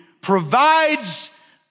provides